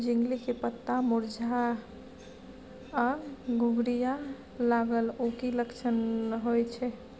झिंगली के पत्ता मुरझाय आ घुघरीया लागल उ कि लक्षण होय छै?